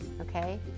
okay